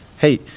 hey